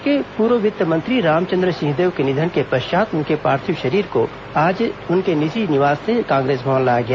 प्रदेश के पूर्व वित्त मंत्री रामचंद्र सिंहदेव के निधन के पश्चात उनके पार्थिव शरीर को आज उनके निजी निवास से कांग्रेस भवन लाया गया